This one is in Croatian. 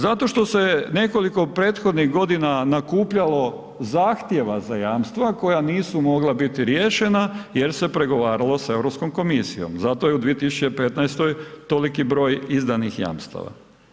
Zato što se nekoliko prethodnih godina nakupljalo zahtjeva za jamstva koja nisu mogla biti riješena jer se pregovaralo sa Europskom komisijom, zato je u 2015. toliki broj izdanih jamstava.